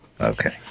Okay